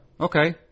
Okay